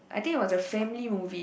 I think was a family movie